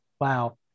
wow